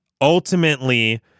ultimately